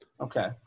Okay